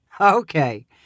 Okay